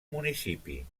municipi